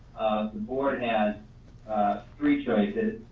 the board has three choices.